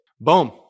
Boom